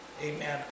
Amen